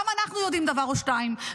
גם אנחנו יודעים דבר או שניים.